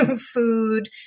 food